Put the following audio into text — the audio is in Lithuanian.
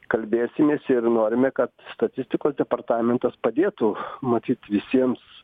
kalbėsimės ir norime kad statistikos departamentas padėtų matyt visiems